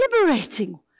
Liberating